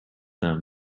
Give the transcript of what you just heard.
them